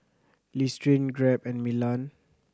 Listerine Grab and Milan